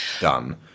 done